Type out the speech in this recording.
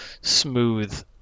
smooth